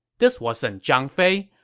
this wasn't zhang fei.